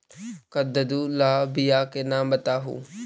कददु ला बियाह के नाम बताहु?